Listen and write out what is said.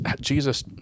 Jesus